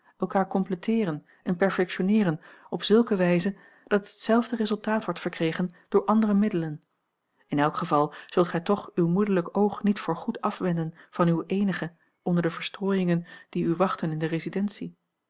elkaar completeeren en perfectionneeren op zulke wijze dat hetzelfde resultaat wordt verkregen door andere middelen in elk geval zult gij toch uw moederlijk oog niet voorgoed afwenden van uwe eenige onder de verstrooiingen die u wachten in de residentie